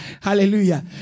hallelujah